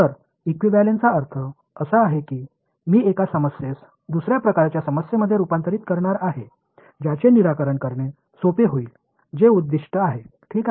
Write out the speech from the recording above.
तर इक्विव्हॅलेंसचा अर्थ असा आहे की मी एका समस्येस दुसर्या प्रकारच्या समस्येमध्ये रूपांतरित करणार आहे ज्याचे निराकरण करणे सोपे होईल जे उद्दीष्ट्य आहे ठीक आहे